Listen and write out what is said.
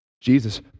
Jesus